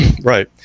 right